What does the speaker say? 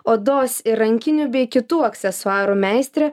odos ir rankinių bei kitų aksesuarų meistrė